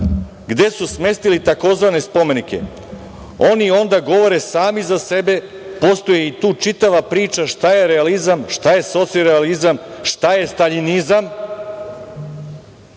gde su smestili tzv. spomenike. Oni onda govore sami za sebe. Postoji tu čitava priča šta je realizam, šta je socrealizam, šta je staljinizam